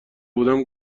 بودم